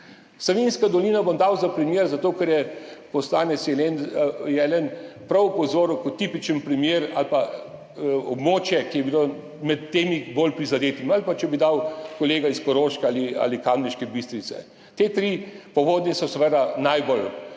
Savinjsko dolino bom dal za primer, zato ker je poslanec Jelen prav opozoril na njo kot na tipičen primer ali pa območje, ki je bilo med temi bolj prizadetimi, ali pa če bi dal kolega iz Koroške ali Kamniške Bistrice. Ta tri so bila v povodnji seveda najbolj